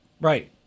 Right